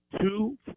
two